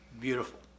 Beautiful